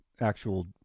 actual